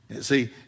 See